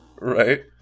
Right